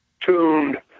tuned